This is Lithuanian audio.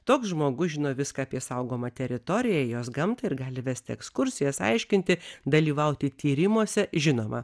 toks žmogus žino viską apie saugomą teritoriją jos gamtą ir gali vesti ekskursijas aiškinti dalyvauti tyrimuose žinoma